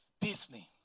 Disney